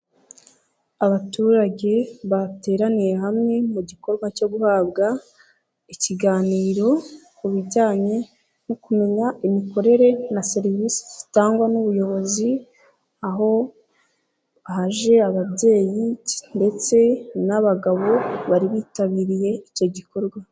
Abaturage bateraniye hamwe mu gikorwa cyo guhabwa ikiganiro ku bijyanye no kumenya imikorere na serivisi zitangwa n'ubuyobozi, aho haje ababyeyi ndetse n'abagabo bari bitabiriye icyo gikorwa.